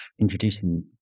introducing